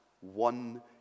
One